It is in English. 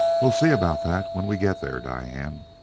we'll see about that when we get there, diane.